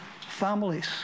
families